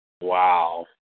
Wow